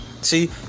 See